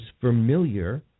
familiar